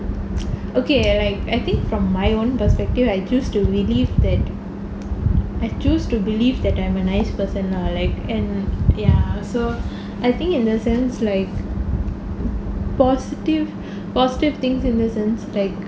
okay like I think from my own perspective I choose to believe that I choose to believe that I'm a nice person lah and ya so I think in a sense like positive positive things in a sense like